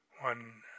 one